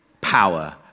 power